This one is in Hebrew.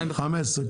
ב-2015.